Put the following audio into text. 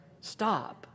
Stop